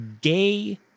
gay